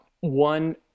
one